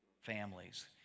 families